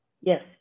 Yes